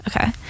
Okay